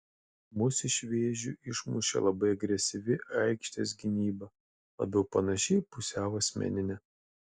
mus iš vėžių išmušė labai agresyvi aikštės gynyba labiau panaši į pusiau asmeninę